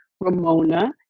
Ramona